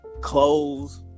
clothes